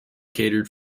catered